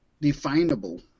definable